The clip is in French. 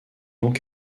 donc